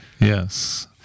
Yes